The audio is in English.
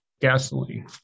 gasoline